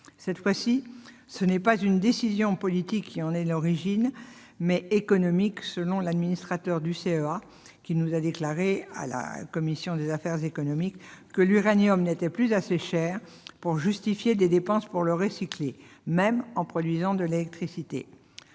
scientifique. Ce n'est pas une décision politique qui en est l'origine, mais une raison économique, selon l'administrateur du CEA, qui a déclaré devant la commission des affaires économiques que l'uranium n'était plus assez cher pour justifier des dépenses pour le recycler, même en produisant de l'électricité.